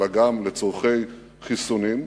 אלא גם לצורכי חיסונים,